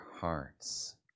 hearts